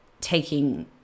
taking